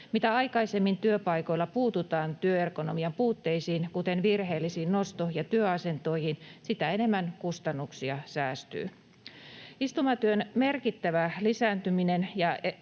Mitä aikaisemmin työpaikoilla puututaan työergonomian puutteisiin, kuten virheellisiin nosto‑ ja työasentoihin, sitä enemmän kustannuksia säästyy. Istumatyön merkittävä lisääntyminen